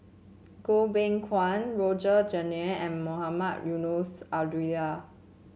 Goh Beng Kwan Roger Jenkins and Mohamed Eunos Abdullah